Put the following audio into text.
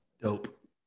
Dope